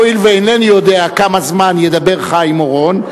הואיל ואינני יודע כמה זמן ידבר חיים אורון,